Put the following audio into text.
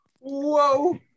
Whoa